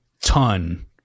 ton